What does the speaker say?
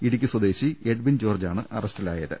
ഇടുക്കി സ്വദേശി Edwin George ആണ് അറസ്റ്റിലായത്